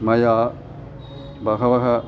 मया बहवः